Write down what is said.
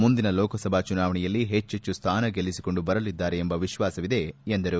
ಮುಂದಿನ ಲೋಕಸಭಾ ಚುನಾವಣೆಯಲ್ಲಿ ಹೆಚ್ವಚ್ಚು ಸ್ಥಾನ ಗೆಲ್ಲಿಸಿಕೊಂಡು ಬರಲಿದ್ದಾರೆ ಎಂಬ ವಿಶ್ವಾಸವಿದೆ ಎಂದರು